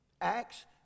Acts